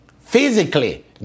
Physically